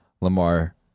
Lamar